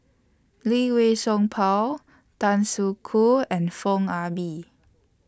Lee Wei Song Paul Tan Soo Khoon and Foo Ah Bee